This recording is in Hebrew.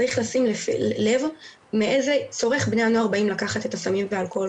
צריך לשים לב מאיזה צורך בני הנוער באים לקחת את הסמים והאלכוהול,